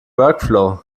workflow